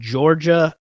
Georgia